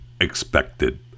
expected